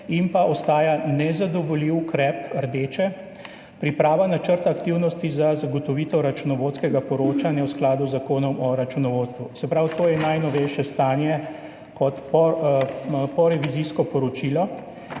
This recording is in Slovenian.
In ostaja nezadovoljiv ukrep, rdeče: priprava načrta aktivnosti za zagotovitev računovodskega poročanja v skladu z Zakonom o računovodstvu. Se pravi, to je najnovejše stanje, porevizijsko poročilo.